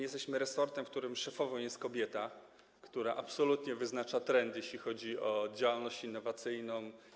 Jesteśmy resortem, w którym szefową jest kobieta, która absolutnie wyznacza trendy, jeśli chodzi o działalność innowacyjną.